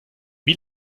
wie